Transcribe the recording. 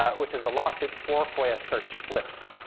ah which is a lawsuit for foia search slips.